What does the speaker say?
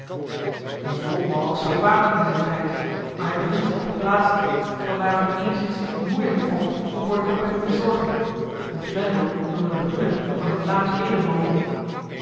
onze hopman was zoo kwaad niet in zijn tijd maar hij bevindt zich op eene plaats vanwaar het hem eenigszins moeielijk valt om voor de compagnie te zorgen ons vendel is onder de hoede van een vlaamsch edelman die